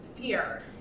fear